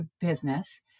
business